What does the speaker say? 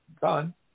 done